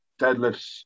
deadlifts